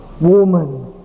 woman